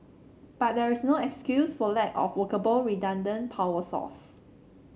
but there is no excuse for lack of workable redundant power source